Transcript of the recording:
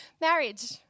marriage